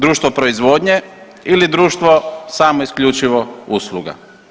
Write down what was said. Društvo proizvodnje ili društvo samo i isključivo usluga?